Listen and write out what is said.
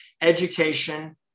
Education